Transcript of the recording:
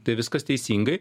tai viskas teisingai